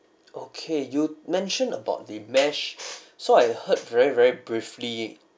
okay you mentioned about the mesh so I heard very very briefly